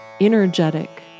energetic